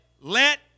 let